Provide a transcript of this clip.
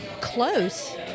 Close